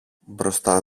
μπροστά